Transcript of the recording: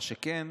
מה שכן,